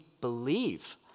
believe